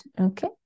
okay